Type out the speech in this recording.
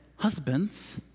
Husbands